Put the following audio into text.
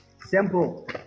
Simple